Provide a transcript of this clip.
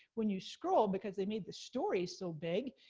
when you scroll, because they made the stories so big,